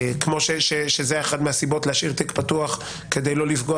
אחת הסיבות להשאיר תיק פתוח היא כדי לא לפגוע